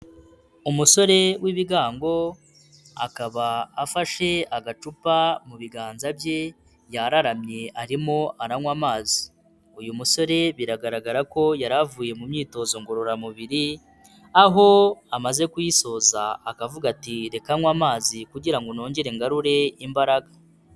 Umusore w'ibigango akaba afashe agacupa mu biganza bye, yararamye, arimo aranywa amazi, uyu musore biragaragara ko yari avuye mu myitozo ngororamubiri, aho amaze kuyisoza akavuga ati: ''reka nywe amazi kugira nongere ngarure imbaraga.''